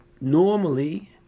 normally